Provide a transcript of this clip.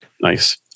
Nice